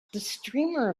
streamer